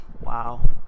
Wow